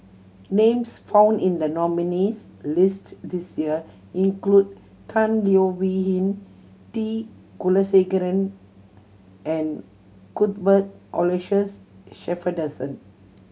names found in the nominees' list this year include Tan Leo Wee Hin T Kulasekaram and Cuthbert Aloysius Shepherdson